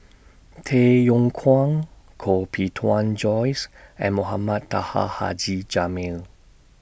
Tay Yong Kwang Koh Bee Tuan Joyce and Mohamed Taha Haji Jamil